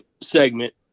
segment